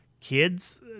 Kids